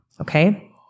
okay